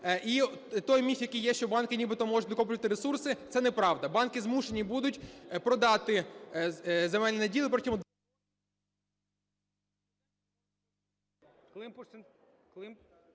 І той міф, який є, що банки нібито можуть накоплювати ресурси, це неправда. Банки змушені будуть продати земельні наділи… ГОЛОВУЮЧИЙ.